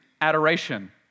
adoration